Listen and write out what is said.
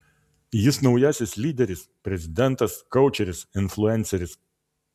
jis naujasis lyderis prezidentas koučeris influenceris